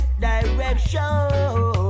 direction